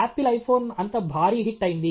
apple iPhone అంత భారీ hit అయింది